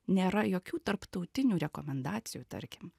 nėra jokių tarptautinių rekomendacijų tarkim